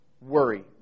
worry